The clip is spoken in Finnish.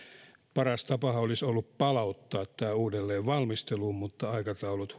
paras tapahan olisi ollut palauttaa tämä uudelleen valmisteluun mutta aikataulut